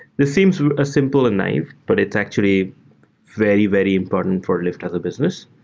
this seems ah simple and naive, but it's actually very, very important for lyft as a business,